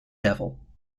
devil